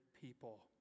people